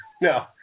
no